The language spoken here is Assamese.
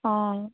অঁ